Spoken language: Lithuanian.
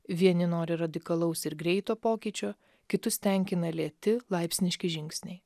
vieni nori radikalaus ir greito pokyčio kitus tenkina lėti laipsniški žingsniai